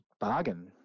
bargain